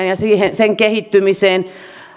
ja sen kehittymiseen